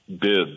bid